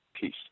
Peace